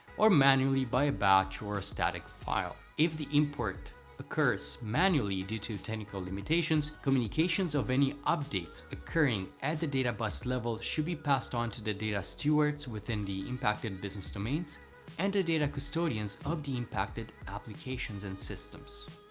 or manually by a batch or a static file. if the import occurs manually due to technical limitations, communications of any updates occurring at the data bus level should be passed on to the data stewards within the impacted business domains and the data custodians of the impacted applications and systems.